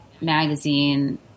magazine